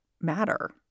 matter